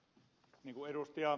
niin kuin ed